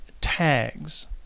tags